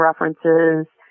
references